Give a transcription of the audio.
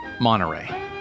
Monterey